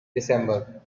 december